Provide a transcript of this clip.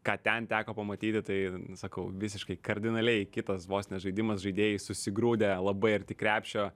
ką ten teko pamatyti tai sakau visiškai kardinaliai kitas vos ne žaidimas žaidėjai susigrūdę labai arti krepšio